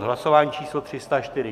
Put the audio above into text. Hlasování číslo 304.